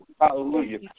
Hallelujah